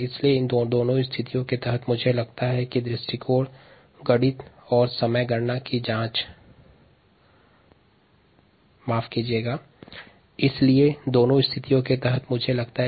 इसलिए इन दोनों उत्तरों की जांच अति आवश्यक हो जाता है